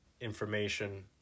information